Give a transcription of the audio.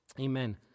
Amen